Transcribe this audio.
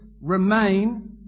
remain